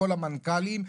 כל המנכ"לים,